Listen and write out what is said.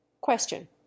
Question